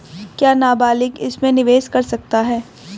क्या नाबालिग इसमें निवेश कर सकता है?